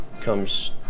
comes